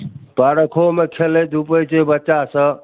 पार्कोमे खेलै धुपै छै बच्चा सब